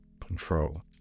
control